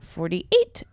Forty-eight